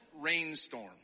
rainstorm